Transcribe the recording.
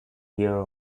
year